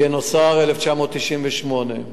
גינוסר, 1998,